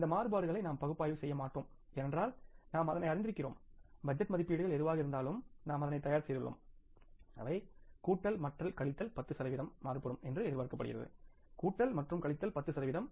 இந்த மாறுபாடுகளை நாம் பகுப்பாய்வு செய்ய மாட்டோம் ஏனென்றால் நாம் அதனை அறிந்திருக்கிறோம் பட்ஜெட் மதிப்பீடுகள் எதுவாக இருந்தாலும் நாம் அதனை தயார் செய்துள்ளோம் அவை கூட்டல் மற்றும் கழித்தல் 10 சதவிகிதம் மாறுபடும் என்று எதிர்பார்க்கப்படுகிறது கூட்டல் மற்றும் கழித்தல் 10 சதவீதம்